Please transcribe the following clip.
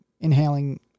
inhaling